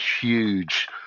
huge